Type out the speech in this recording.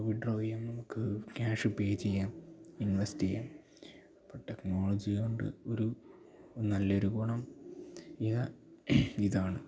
withdraw ചെയ്യാം നമുക്ക് cash pay ചെയ്യാം ഇൻവെസ്റ്റ് ചെയ്യാം അപ്പൊ ടെക്നോളജി കൊണ്ട് ഒരു നല്ല ഒരു ഗുണം ഇത് ഇതാണ്